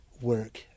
work